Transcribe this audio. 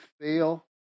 fail